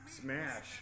smash